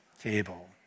table